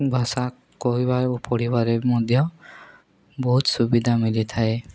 ଭାଷା କହିବାରୁ ଓ ପଢ଼ିବାରେ ମଧ୍ୟ ବହୁତ ସୁବିଧା ମିଲିଥାଏ